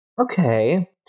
Okay